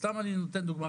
סתם אני נותן דוגמה,